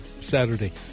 Saturday